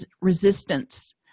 resistance